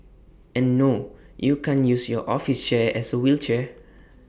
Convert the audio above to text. and no you can't use your office chair as A wheelchair